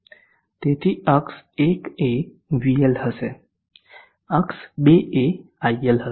તેથી અક્ષ 1 એ vl હશે અક્ષ 2 એ il હશે